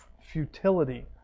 futility